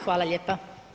Hvala lijepa.